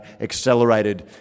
accelerated